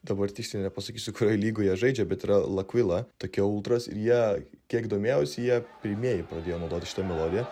dabar tiksliai nepasakysiu kurioj lygoj jie žaidžia bet yra la kuila tokie ultras ir jie kiek domėjausi jie pirmieji pradėjo naudoti šitą melodiją